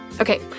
Okay